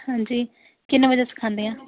हां जी किन्ने बजे सखादियां